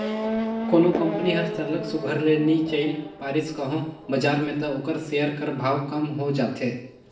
कोनो कंपनी हर सरलग सुग्घर ले नी चइल पारिस कहों बजार में त ओकर सेयर कर भाव कम हो जाथे